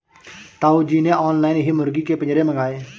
ताऊ जी ने ऑनलाइन ही मुर्गी के पिंजरे मंगाए